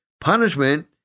Punishment